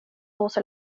also